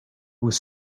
was